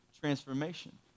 transformation